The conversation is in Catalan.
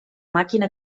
màquina